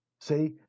See